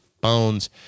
Bones